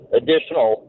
additional